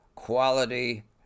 Quality